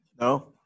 No